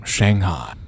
Shanghai